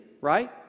right